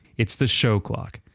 it's the show clock.